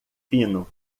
fino